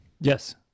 Yes